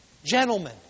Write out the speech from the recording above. Gentlemen